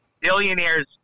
billionaires